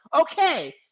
okay